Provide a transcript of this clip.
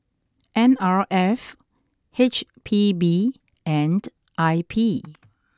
N R F H P B and I P